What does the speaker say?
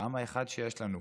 העם האחד שיש לנו,